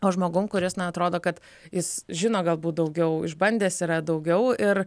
o žmogum kuris na atrodo kad jis žino galbūt daugiau išbandęs yra daugiau ir